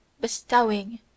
Bestowing